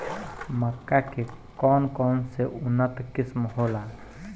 मक्का के कौन कौनसे उन्नत किस्म होला?